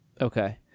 Okay